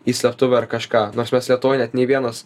į slėptuvę ar kažką nors mes lietuvoj net nei vienas